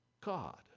God